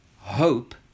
hope